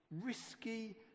risky